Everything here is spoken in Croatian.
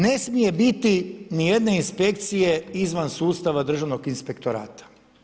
Ne smije biti ni jedne inspekcije izvan sustava Državnog inspektorata.